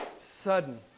sudden